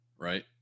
right